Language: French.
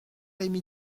rémy